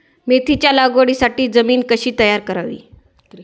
मेथीच्या लागवडीसाठी जमीन कशी तयार करावी?